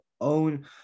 own